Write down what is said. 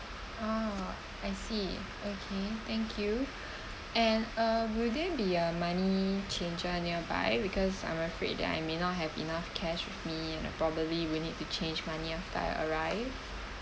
ah I see okay thank you and uh will there be a money changer nearby because I'm afraid that I may not have enough cash with me and probably will need to change money after I arrive